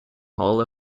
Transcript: hall